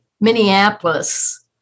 Minneapolis